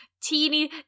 Teeny